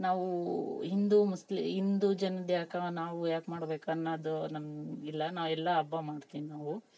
ನಾವು ಹಿಂದು ಮುಸ್ಲಿಂ ಹಿಂದೂ ಜನದ್ಯಾಕೆ ನಾವು ಯಾಕೆ ಮಾಡ್ಬೇಕನ್ನೋದು ನಮಗಿಲ್ಲ ನಾವೆಲ್ಲ ಹಬ್ಬ ಮಾಡ್ತೀನಿ ನಾವು